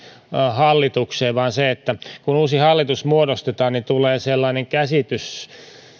hallitukseen että kun uusi hallitus muodostetaan niin tulee sitten sellainen käsitys